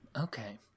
Okay